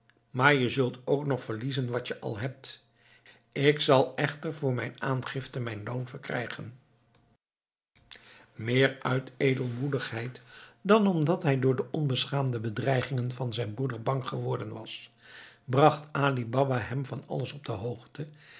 maar je zult ook nog verliezen wat je al hebt ik echter zal voor mijn aangifte mijn loon verkrijgen meer uit goedmoedigheid dan omdat hij door de onbeschaamde bedreigingen van zijn broeder bang geworden was bracht ali baba hem van alles op de hoogte